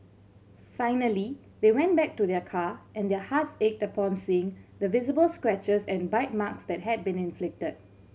finally they went back to their car and their hearts ached upon seeing the visible scratches and bite marks that had been inflicted